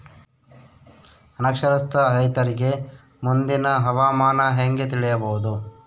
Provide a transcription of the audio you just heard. ಅನಕ್ಷರಸ್ಥ ರೈತರಿಗೆ ಮುಂದಿನ ಹವಾಮಾನ ಹೆಂಗೆ ತಿಳಿಯಬಹುದು?